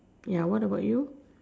ya what about you